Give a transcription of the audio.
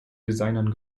designern